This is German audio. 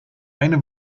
eine